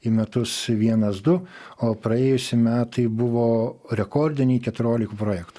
į metus vienas du o praėjusi metai buvo rekordiniai keturiolika projektų